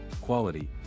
quality